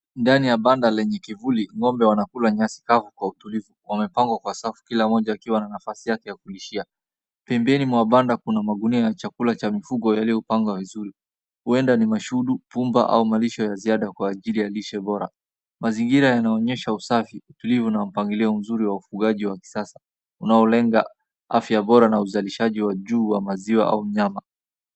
Ndani ya banda lenye kivuli, ng'ombe wanakula nyasi kavu kwa utulivu. Wamepangwa kwa safu, kila mmoja akiwa na nafasi yake ya kulishia. Pembeni mwa banda kuna magunia ya chakula cha mifugo yaliyopangwa vizuri. Huenda ni mashudu, vumba au malisho ya ziada kwa ajili ya lishe bora. Mazingira yanaonyesha usafi, utulivu na upangilio mzuri wa ufugaji wa kisasa, unaolenga afya bora na uzalishaji wa juu wa maziwa au mnyama.